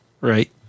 Right